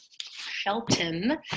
Shelton